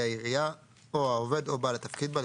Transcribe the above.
העירייה או העובד או בעל התפקיד בה,